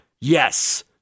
Yes